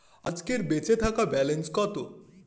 আজকের বেচে থাকা ব্যালেন্স কত?